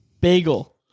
Bagel